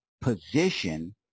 position